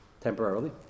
temporarily